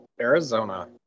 arizona